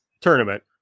tournament